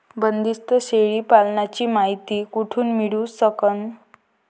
बंदीस्त शेळी पालनाची मायती कुठून मिळू सकन?